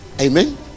amen